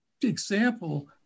example